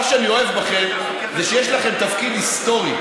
מה שאני אוהב בכם זה שיש לכם תפקיד היסטורי.